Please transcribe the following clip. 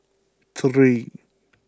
three